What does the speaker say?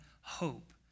hope